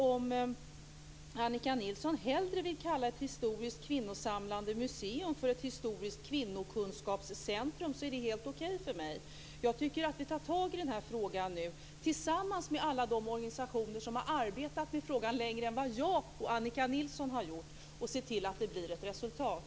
Om Annika Nilsson hellre vill kalla ett historiskt kvinnosamlande museum för ett historiskt kvinnokunskapscentrum är det helt okej för mig. Jag tycker att vi ska ta tag i den här frågan nu tillsammans med alla de organisationer som har arbetat med frågan längre än vad jag och Annika Nilsson har gjort och se till att det blir ett resultat.